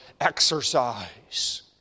exercise